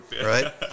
right